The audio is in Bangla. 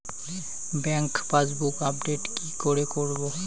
ব্যাংক পাসবুক আপডেট কি করে করবো?